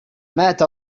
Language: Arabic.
مات